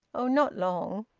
oh, not long.